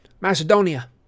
Macedonia